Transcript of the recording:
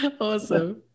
awesome